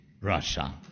Russia